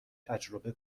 تجربه